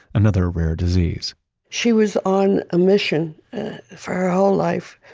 another rare disease she was on a mission for our whole life,